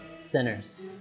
sinners